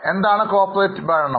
എന്താണ് കോർപ്പറേറ്റ് ഭരണം